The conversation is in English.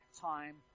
time